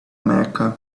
mecca